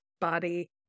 body